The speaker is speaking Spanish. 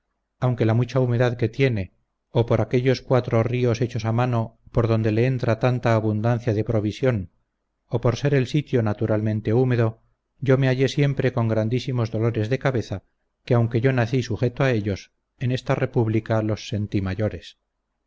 aunque la mucha humedad que tiene o por aquellos cuatro ríos hechos a mano por donde le entra tanta abundancia de provisión o por ser el sitio naturalmente húmedo yo me hallé siempre con grandísimos dolores de cabeza que aunque yo nací sujeto a ellos en esta república los sentí mayores